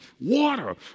Water